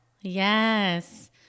yes